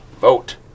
vote